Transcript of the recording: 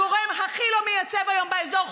הגורם הכי לא מייצב היום באזור,